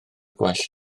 gwell